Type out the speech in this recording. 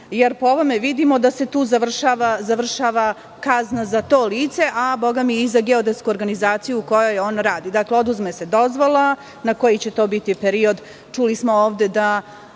Po ovome vidimo da se tu završava kazna za to lice, a bogami i za geodetsku organizaciju u kojoj on radi. Dakle, oduzme se dozvola, na koji će to biti period? Čuli smo da